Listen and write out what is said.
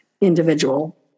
individual